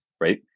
right